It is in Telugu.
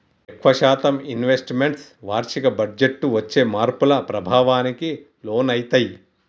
ఎక్కువ శాతం ఇన్వెస్ట్ మెంట్స్ వార్షిక బడ్జెట్టు వచ్చే మార్పుల ప్రభావానికి లోనయితయ్యి